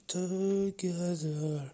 together